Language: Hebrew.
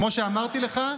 כמו שאמרתי לך,